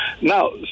Now